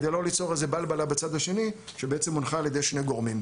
כדי לא ליצור איזו בלבלה בצד השני שבעצם הונחה על ידי שני גורמים.